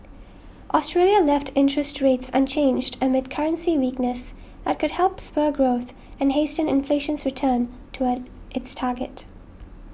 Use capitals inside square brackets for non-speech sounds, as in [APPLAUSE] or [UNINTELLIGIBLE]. Australia left interest rates unchanged amid currency weakness that could help spur growth and hasten inflation's return toward [UNINTELLIGIBLE] its target